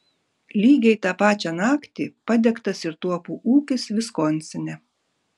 lygiai tą pačią naktį padegtas ir tuopų ūkis viskonsine